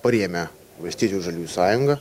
parėmę valstiečių ir žaliųjų sąjungą